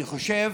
אני חושב